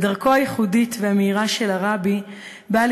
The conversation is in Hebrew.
דרכו הייחודית והמאירה של הרבי באה